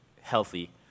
healthy